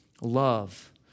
Love